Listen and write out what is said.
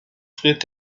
friert